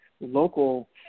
local